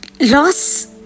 Loss